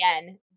again